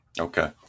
okay